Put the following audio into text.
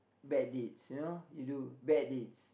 bad deeds you know you do bad deeds